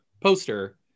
poster